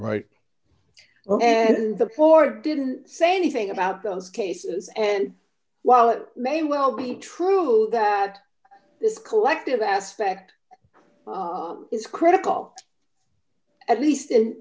right and the four didn't say anything about those cases and while it may well be true that this collective aspect is critical at least in